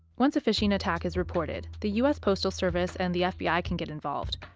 once a phishing attack is reported, the u s. postal service and the fbi can get involved,